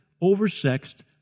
oversexed